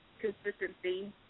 consistency